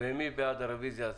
ומי בעד הרוויזיה?